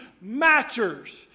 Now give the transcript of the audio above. matters